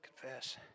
Confess